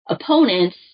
opponents